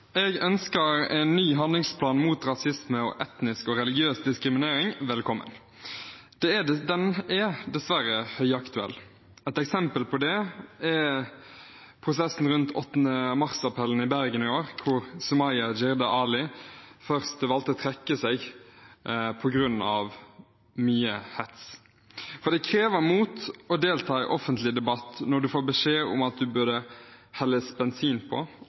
Jeg ønsker en ny handlingsplan mot rasisme og etnisk og religiøs diskriminering velkommen. Den er dessverre høyaktuell. Et eksempel på det er prosessen rundt 8. mars-appellen i Bergen i år, hvor Sumaya Jirde Ali først valgte å trekke seg på grunn av mye hets. Det krever mot å delta i offentlig debatt når du får beskjed om at du burde helles bensin på